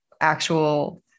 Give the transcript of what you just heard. actual